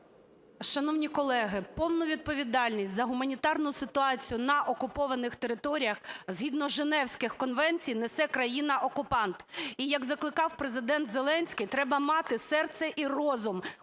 Шановні колеги, повну відповідальність за гуманітарну ситуацію на окупованих територіях згідно Женевських конвенцій несе країна-окупант. І як закликав Президент Зеленський, треба мати серце і розум